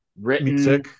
written